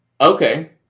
Okay